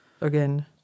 again